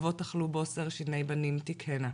אבות אכלו בוסר שיני בנים תכהנה.